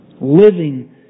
Living